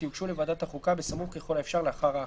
יוגשו לוועדת החוקה בסמוך ככל האפשר לאחר ההכרזה.